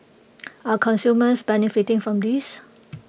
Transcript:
are consumers benefiting from this